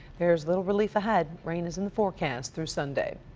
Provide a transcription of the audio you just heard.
there's little relief ahead. rain is in the forecast through sunday.